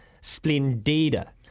Splendida